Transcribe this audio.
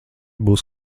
būs